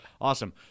Awesome